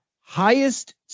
highest